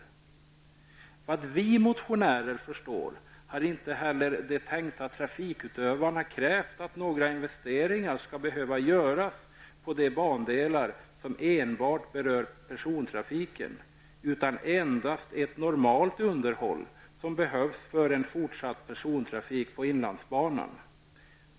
Efter vad vi motionärer förstår, har inte heller de tänkta trafikutövarna krävt att några investeringar skall behöva göras på de bandelar som enbart berör persontrafiken, utan att man endast utför det normala underhåll som behövs för en fortsatt persontrafik på inlandsbanan.